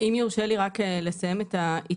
אם יורשה לי רק לסיים את ההתייחסות.